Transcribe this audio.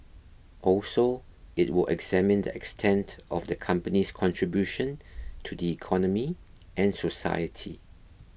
also it will examine the extent of the company's contribution to the economy and society